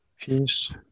peace